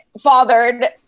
fathered